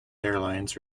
airlines